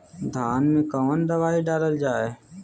धान मे कवन दवाई डालल जाए?